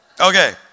okay